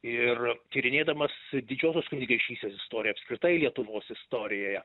ir tyrinėdamas didžiosios riešės istoriją apskritai lietuvos istorijoje